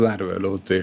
dar vėliau tai